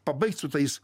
pabaigt su tais